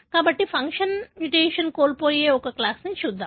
కాబట్టి function mutation కోల్పోయే ఒక క్లాస్ ని చూద్దాం